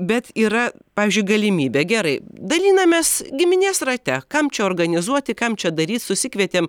bet yra pavyzdžiui galimybė gerai dalinamės giminės rate kam čia organizuoti kam čia daryt susikvietėm